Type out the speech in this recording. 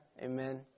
Amen